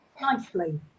nicely